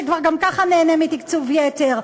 שכבר גם ככה נהנה מתקצוב יתר,